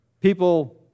People